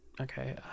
okay